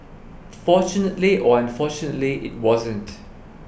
fortunately or unfortunately it wasn't